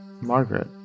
Margaret